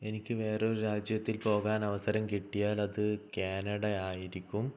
എനിക്ക് വേറൊരു രാജ്യത്തിൽ പോകാന് അവസരം കിട്ടിയാല് അത് ക്യാനഡ ആയിരിക്കും